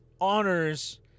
honors